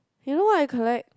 you know what I collect